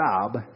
job